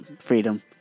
freedom